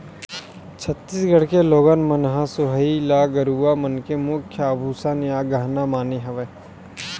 छत्तीसगढ़ के लोगन मन ह सोहई ल गरूवा मन के मुख्य आभूसन या गहना माने हवय